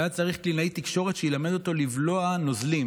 היה צריך קלינאית תקשורת, שתלמד אותו לבלוע נוזלים